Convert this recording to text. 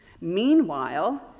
Meanwhile